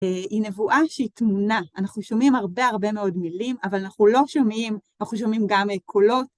היא נבואה שהיא תמונה. אנחנו שומעים הרבה הרבה מאוד מילים, אבל אנחנו לא שומעים, אנחנו שומעים גם קולות.